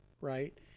right